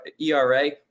ERA